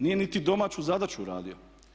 Nije niti domaću zadaću uradio.